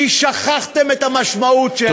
כי שכחתם את המשמעות שלה,